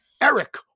Eric